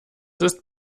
ist